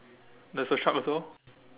there's a shark also